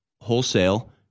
wholesale